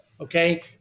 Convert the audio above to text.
okay